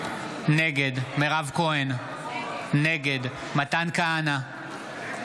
נגד מתן כהנא,